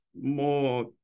more